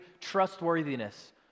trustworthiness